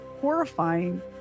horrifying